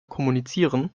kommunizieren